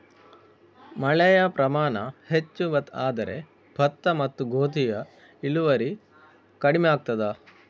ಮಳೆಯ ಪ್ರಮಾಣ ಹೆಚ್ಚು ಆದರೆ ಭತ್ತ ಮತ್ತು ಗೋಧಿಯ ಇಳುವರಿ ಕಡಿಮೆ ಆಗುತ್ತದಾ?